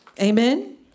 Amen